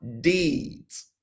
deeds